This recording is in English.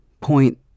Point